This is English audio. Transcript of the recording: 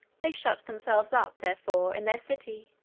they shut themselves up, therefore, in their city,